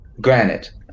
Granite